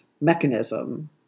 mechanism